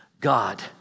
God